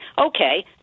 okay